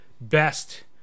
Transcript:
best